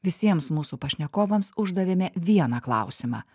visiems mūsų pašnekovams uždavėme vieną klausimą